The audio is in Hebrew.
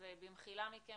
במחילה מכם,